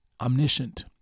omniscient